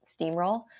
steamroll